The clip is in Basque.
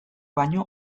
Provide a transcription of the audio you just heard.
baino